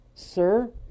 Sir